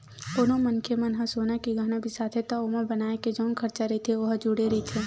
कोनो मनखे मन ह सोना के गहना बिसाथे त ओमा बनाए के जउन खरचा रहिथे ओ ह जुड़े रहिथे